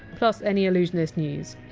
plus any allusionist news.